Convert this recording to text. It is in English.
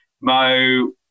Mo